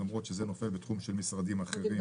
למרות שזה נופל בתחום של משרדים אחרים.